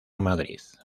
madrid